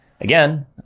Again